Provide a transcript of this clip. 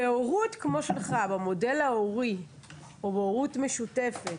בהורות כמו שלך, במודל ההורי או הורות משותפת